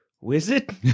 wizard